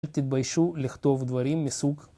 תתביישו לכתוב דברים מסוג.